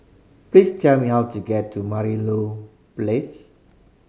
please tell me how to get to Merlimau Place